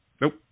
Nope